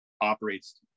operates